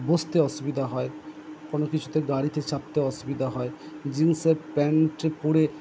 বসতে অসুবিদা হয় কোনো কিছুতে গাড়িতে চাপতে অসুবিদা হয় জিন্সের প্যান্ট পরে